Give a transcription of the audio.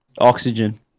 Oxygen